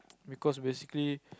because basically